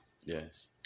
Yes